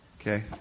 okay